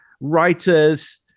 writers